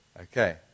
Okay